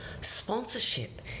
sponsorship